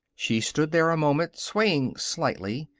she stood there a moment, swaying slightly.